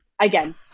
again